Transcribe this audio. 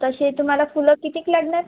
तसे तुम्हाला फुलं कितीक लागणार